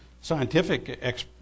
scientific